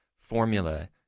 formula